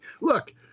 Look